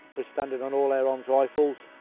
the standard on all air arms rifles,